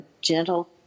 gentle